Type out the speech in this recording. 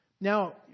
Now